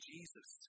Jesus